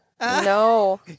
no